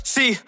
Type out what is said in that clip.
See